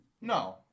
No